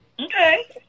Okay